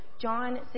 John